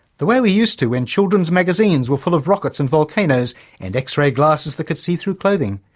the way we used to when children's magazines were full of rockets and volcanoes and x-ray glasses that could see through clothing,